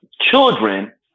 children